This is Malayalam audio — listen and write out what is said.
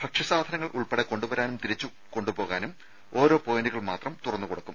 ഭക്ഷ്യ സാധനങ്ങൾ ഉൾപ്പെടെ കൊണ്ടുവരാനും തിരിച്ചുപോകാനും ഓരോ പോയിന്റുകൾ മാത്രം തുറന്നുകൊടുക്കും